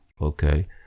Okay